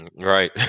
Right